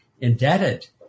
indebted